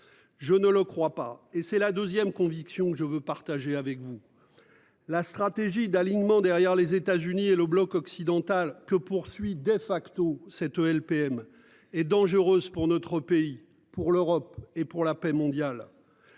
Je ne le crois pas et c'est la 2ème conviction je veux partager avec vous. La stratégie d'alignement, derrière les États-Unis et le bloc occidental que poursuit de facto cette LPM et dangereuse pour notre pays pour l'Europe et pour la paix mondiale.